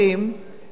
ואני לא מוצאת.